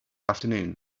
afternoon